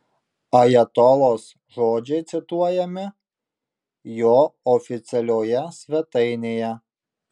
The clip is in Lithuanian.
ajatolos žodžiai cituojami jo oficialioje svetainėje